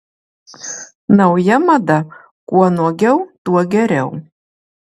nauja mada kuo nuogiau tuo geriau